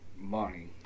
money